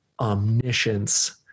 omniscience